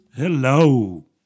Hello